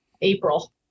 April